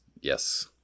Yes